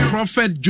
Prophet